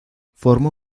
formó